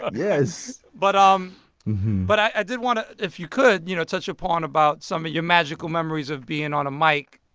um yes but um but i did want to, if you could, you know, touch upon about some of your magical memories of being on a mic,